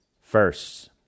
first